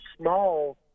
small